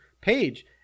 page